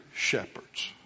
shepherds